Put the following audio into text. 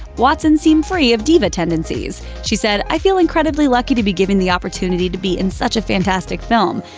watson seemed free of diva tendencies. she said, i feel incredibly lucky to be given the opportunity to be in such a fantastic film,